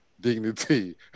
dignity